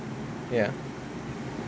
ya